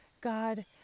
God